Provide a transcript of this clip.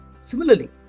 Similarly